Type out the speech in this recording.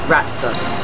Ratsus